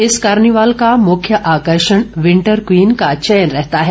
इस कार्निवाल का मुख्य आकर्षण विंटर क्वीन का चयन रहता है